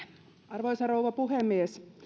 arvoisa rouva puhemies